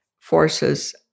forces